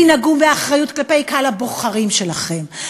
תנהגו באחריות כלפי קהל הבוחרים שלכם,